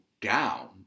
down